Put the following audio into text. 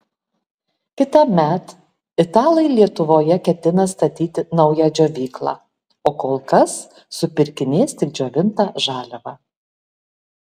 kitąmet italai lietuvoje ketina statyti naują džiovyklą o kol kas supirkinės tik džiovintą žaliavą